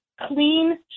clean